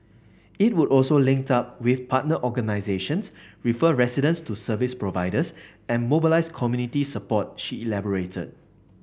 it would also link up with partner organisations refer residents to service providers and mobilise community support she elaborated